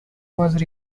was